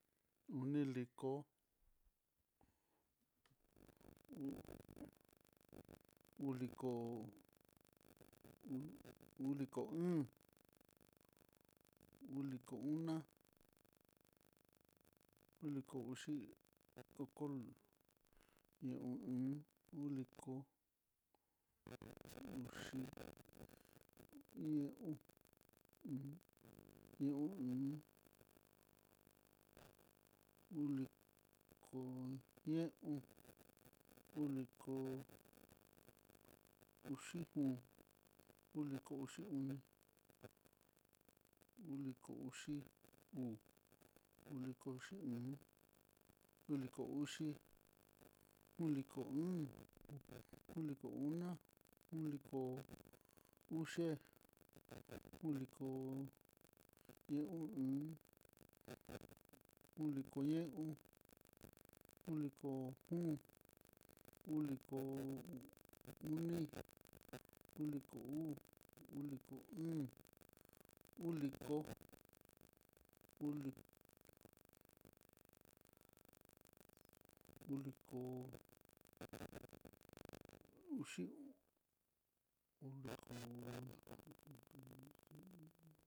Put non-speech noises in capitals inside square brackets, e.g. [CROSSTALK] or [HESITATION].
Oniliko, uliko, uliko o'on, uliko una, uliko uxi, kokol, o'on, uliko, uxi ñe'ó o'on ni o'on, uliko ñe'on, uliko uxi kom, uliko uxi oni, uliko uxi o'on, uliko uxi oño, uliko uxi, uliko o'on, uliko una, uliko ux [HESITATION] iko ñe u'un, uliko ye'ón, uliko kom, uliko oni, uliko uu, uliko o'on, uliko, uli, uliko uxi o'on, uliko.